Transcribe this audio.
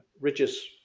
ridges